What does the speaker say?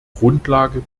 grundlage